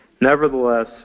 Nevertheless